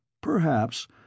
Perhaps